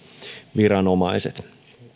viranomaiset